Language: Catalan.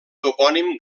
topònim